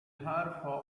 حرفها